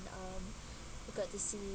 um we got to see